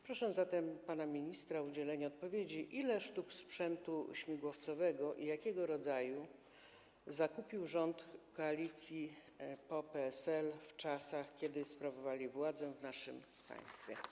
Proszę zatem pana ministra o udzielenie odpowiedzi: Ile sztuk sprzętu śmigłowcowego i jakiego rodzaju zakupił rząd koalicji PO-PSL w czasach, kiedy sprawował władzę w naszym państwie?